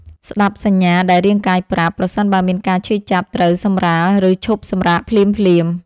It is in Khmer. ស្ដាប់សញ្ញាដែលរាងកាយប្រាប់ ប្រសិនបើមានការឈឺចាប់ ត្រូវសម្រាល ឬឈប់សម្រាកភ្លាមៗ។